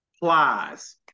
Plies